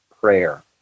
prayer